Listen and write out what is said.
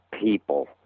people